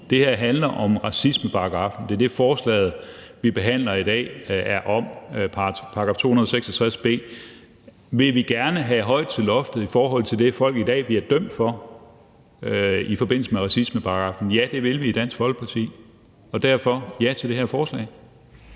Det her handler om racismeparagraffen, det er det, forslaget, vi behandler i dag, er om, altså § 266 b. Vil vi gerne have højt til loftet i forhold til det, folk i dag bliver dømt for i forbindelse med racismeparagraffen? Ja, det vil vi i Dansk Folkeparti, og derfor siger vi ja til det her forslag.